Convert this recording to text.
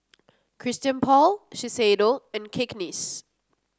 Christian Paul Shiseido and Cakenis